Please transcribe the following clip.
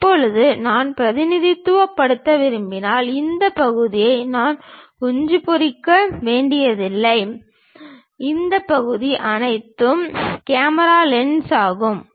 இப்போது நான் பிரதிநிதித்துவப்படுத்த விரும்பினால் இந்த பகுதியை நான் குஞ்சு பொரிக்க வேண்டியதில்லை இந்த பகுதி அனைத்தும் கேமரா லென்ஸ் ஆகும்